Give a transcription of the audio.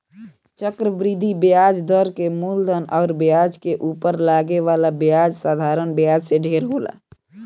चक्रवृद्धि ब्याज दर के मूलधन अउर ब्याज के उपर लागे वाला ब्याज साधारण ब्याज से ढेर होला